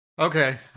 Okay